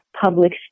public